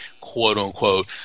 quote-unquote